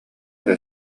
эрэ